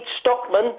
Stockman